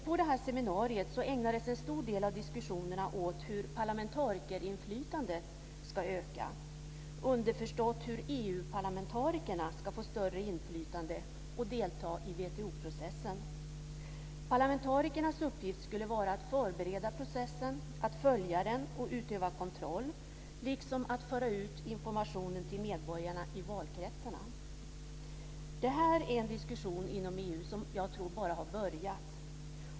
På detta seminarium ägnades en stor del av diskussionerna åt hur parlamentarikerinflytandet ska öka - underförstått hur EU-parlamentarikerna ska få större inflytande och delta i WTO-processen. Parlamentarikernas uppgift skulle vara att förbereda processen, att följa den och utöva kontroll, liksom att föra ut informationen till medborgarna i valkretsarna. Detta är en diskussion inom EU som jag tror bara har börjat.